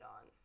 on